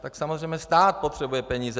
Tak samozřejmě stát potřebuje peníze.